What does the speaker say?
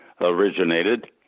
originated